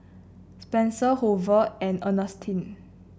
Spencer Hoover and Ernestine